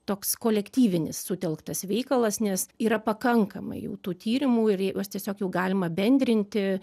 toks kolektyvinis sutelktas veikalas nes yra pakankamai jau tų tyrimų ir juos tiesiog jau galima bendrinti